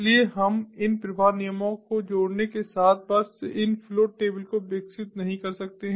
इसलिए हम इन प्रवाह नियमों को जोड़ने के साथ बस इन फ्लो टेबल को विकसित नहीं कर सकते